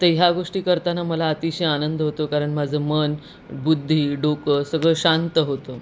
तर ह्या गोष्टी करताना मला अतिशय आनंद होतो कारण माझं मन बुद्धी डोकं सगळं शांत होतं